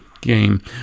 game